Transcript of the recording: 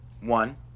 One